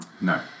no